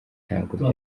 ntabwo